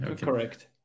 correct